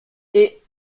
est